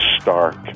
stark